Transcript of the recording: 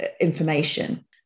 information